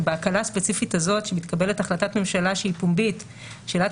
שבהקלה הספציפית הזאת שמתקבלת החלטת ממשלה שהיא פומבית שאלת